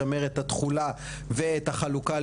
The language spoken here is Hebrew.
לשמר את התכולה ואת החלוקה.